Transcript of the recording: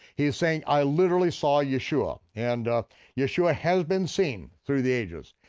he is saying i literally saw yeshua. and yeshua has been seen through the ages,